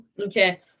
Okay